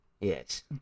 Yes